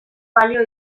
balio